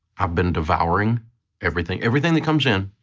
i've been devouring everything. everything that comes in,